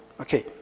okay